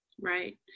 Right